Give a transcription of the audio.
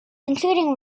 including